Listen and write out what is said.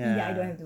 ya